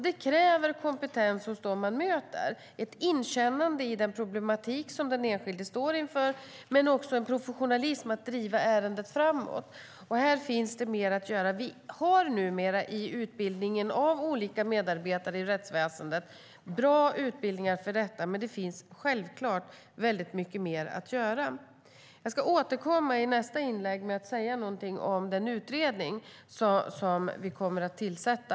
Det kräver kompetens hos dem man möter och att de har ett inkännande i den problematik som den enskilde står inför liksom en professionalism när det gäller att driva ärendet framåt. Här finns det mer att göra. Vi har numera bra utbildningar för detta i utbildningen av olika medarbetare i rättsväsendet, men det finns självklart mycket mer att göra. Jag ska återkomma i nästa inlägg med något om den utredning som vi kommer att tillsätta.